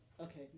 Okay